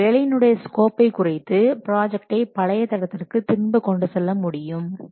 மேலும் வேலையின் உடைய ஸ்கோப்பை குறைத்து ப்ராஜெக்டை பழைய தடத்திற்கு திரும்ப கொண்டு செல்ல முடியும்